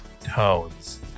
tones